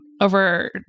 Over